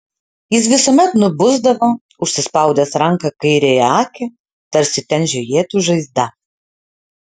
jis visuomet nubusdavo užsispaudęs ranka kairiąją akį tarsi ten žiojėtų žaizda